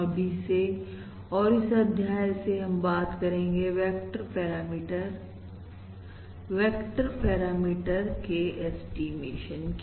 अभी से और इस अध्याय से हम बात करेंगे वेक्टर पैरामीटर वेक्टर पैरामीटर के ऐस्टीमेशन की